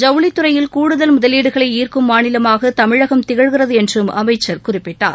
ஜவுளித் துறையில் கூடுதல் முதலீடுகளை ஈர்க்கும் மாநிலமாக தமிழகம் திகழ்கிறது என்றம் அமைச்சர் குறிப்பிட்டார்